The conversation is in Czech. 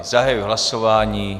Zahajuji hlasování.